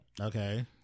Okay